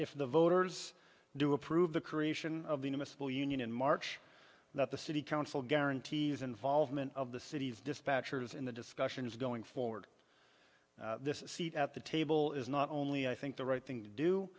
if the voters do approve the creation of the in a civil union in march that the city council guarantees involvement of the city's dispatchers in the discussion is going forward this seat at the table is not only i think the right thing to do